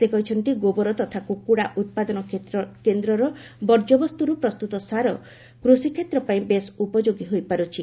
ସେ କହିଛନ୍ତି ଗୋବର ତଥା କୁକୁଡ଼ା ଉତ୍ପାଦନ କେନ୍ଦ୍ରର ବର୍ଜ୍ୟବସ୍ତୁରୁ ପ୍ରସ୍ତୁତ ସାର କୃଷିକ୍ଷେତ୍ର ପାଇଁ ବେଶ୍ ଉପଯୋଗୀ ହୋଇପାରୁଛି